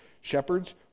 Shepherds